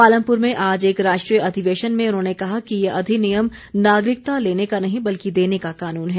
पालमपुर में आज एक राष्ट्रीय अधिवेशन में उन्होंने कहा कि ये अधिनियम नागरिकता लेने का नहीं बल्कि देने का कानून है